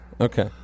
okay